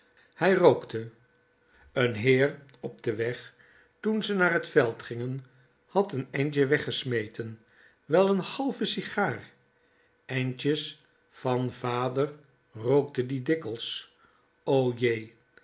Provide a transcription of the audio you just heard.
hij rookte n heer op den weg toen ze naar t veld gingen had n endje wegge wel n halve sigaar endjes van vader rookte die dikkels o smetn jee